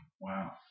Wow